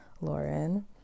Lauren